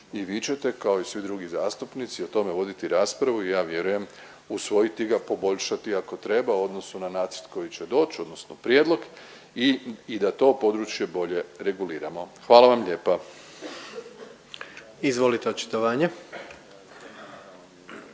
i vi ćete kao i svi drugi zastupnici o tome voditi raspravu i ja vjerujem usvojiti ga, poboljšati ako treba u odnosu na nacrt koji će doći, odnosno prijedlog i da to područje bolje reguliramo. Hvala vam lijepa. **Jandroković,